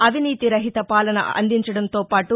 అవినీతి రహిత పాలన అందిచడంతో పాటు